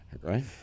Right